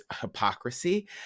hypocrisy